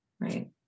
right